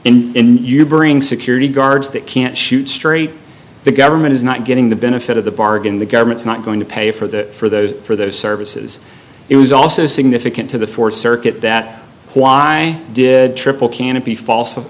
services and you bring security guards that can't shoot straight the government is not getting the benefit of the bargain the government's not going to pay for the for those for those services it was also significant to the fourth circuit that why did triple canopy false of